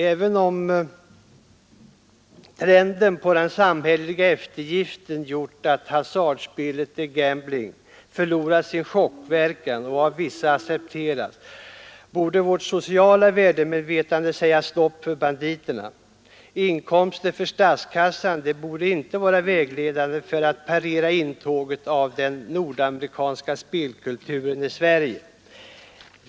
Även om trenden med samhälleliga eftergifter har gjort att hasardspelet — the gambling — förlorat sin chockverkan och av vissa accepterats, borde vårt sociala värdemedvetande säga stopp till de enarmade banditerna. Inkomster för statskassan borde inte vara vägledande när det gäller att parera intåget av den nordamerikanska spelkulturen i Sverige.